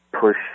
push